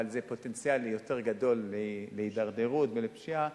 אבל זה פוטנציאל יותר גדול להידרדרות ולפשיעה.